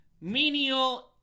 menial